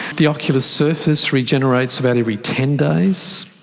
the ocular surface regenerates about every ten days.